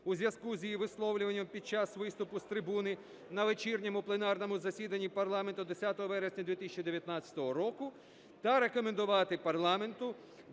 у зв'язку з її висловлюванням під час виступу з трибуни на вечірньому пленарному засіданні парламенту 10 вересня 2019 року та рекомендувати парламенту